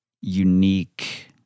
unique